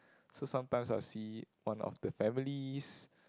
so sometimes I'll see one of the families